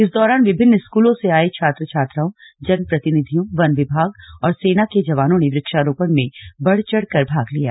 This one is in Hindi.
इस दौरान विभिन्न स्कूलों से आये छात्र छात्राओं जनप्रतिनिधियों वन विभाग और सेना के जवानों ने वृक्षारोपण में बढ़चढ़ कर भाग लिया